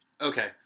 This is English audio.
Okay